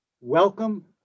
welcome